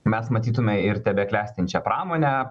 mes matytume ir tebeklestinčią pramonę